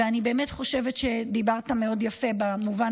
ואני באמת חושבת שדיברת מאוד יפה במובן